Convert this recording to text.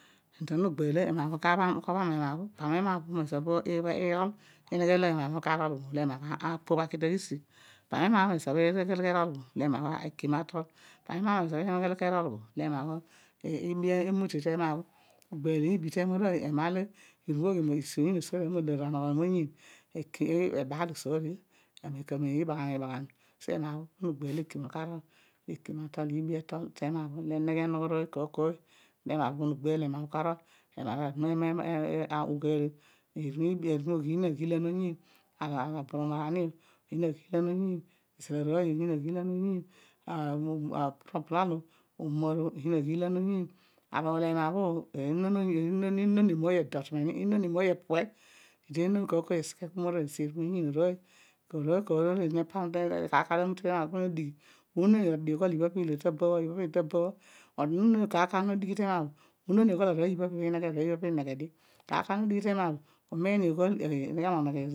Ezoor no ghel olo ana ka bham amu. Pani ama bho ezoor ma nogho zoor pami ezo ama bho ku tol bho molo ama bho abobh aki taghisigh pam me ama mezo bho irol bho molo ekima atol, pam ema bho mezo bho enoghe lo ki rol bho molo iibi emute teema bho nogbel iibi teema arooy ema olo oyiin ozoorom io loor anogho moyiin ekimia, ebaal osoorio ka mem kamem ibaghami ibaghami, so, ema bho noghel olo ekima, ka nol, ekima atol iibi etol den eneghe enogho kooy kooy peni no gbel lema bho karol oyiin aghiilan oyiin, arani oh, oyiin aghiilan oyiin izal arooy oh, oyiin aghiilan oyiin abrublol obho aburumor oh, oyiin aghiilan oyiin aru ula ema bho eedi enon mooy edot meni, eedi inon mooy epure, eedi enon kooy kooy esighe kooy kooy omo, arooy oyiin, ka arooy karooy olo eedi no pam te ema bho, mem node marindighi unon oghoh ibha pilo tibha aru molo kar lear olo nodighi teema bho unon io okhol arooy ibha bho pi ineghe arooy ibha bho pibhi ineghe dio kar kar olo nodigh tema bho umiin oghol ineghe mu onogh ezoor.